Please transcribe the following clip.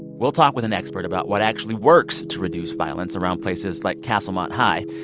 we'll talk with an expert about what actually works to reduce violence around places like castlemont high.